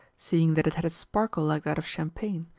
seeing that it had a sparkle like that of champagne,